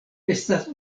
estas